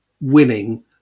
winning